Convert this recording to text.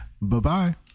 Bye-bye